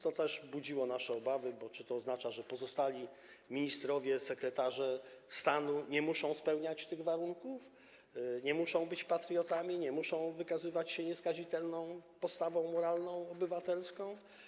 To też budziło nasze obawy, bo czy to oznacza, że pozostali ministrowie, sekretarze stanu nie muszą spełniać tych warunków, nie muszą być patriotami, nie muszą wykazywać się nieskazitelną postawą moralną, obywatelską?